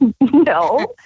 no